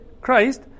Christ